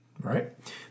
right